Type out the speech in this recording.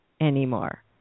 anymore